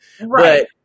Right